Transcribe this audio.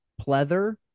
pleather